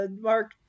Mark